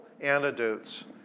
antidotes